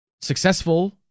successful